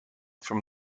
from